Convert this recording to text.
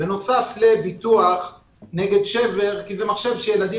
בנוסף לביטוח נגד שבר כי זה מחשב שילדים